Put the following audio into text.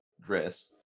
dress